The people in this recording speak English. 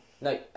No